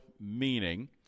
meaning